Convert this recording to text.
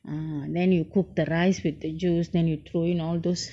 ah then you cook the rice with the juice then you throw in all those